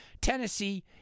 Tennessee